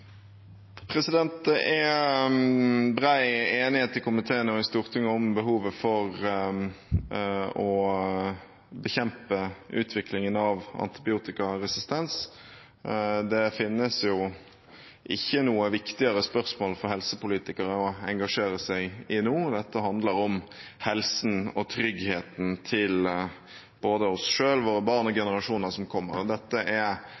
Det er bred enighet i komiteen og i Stortinget om behovet for å bekjempe utviklingen av antibiotikaresistens. Det finnes jo ikke noe viktigere spørsmål for helsepolitikere å engasjere seg i nå. Dette handler om helsen og tryggheten til både oss selv, våre barn og de generasjonene som kommer. Dette